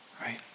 right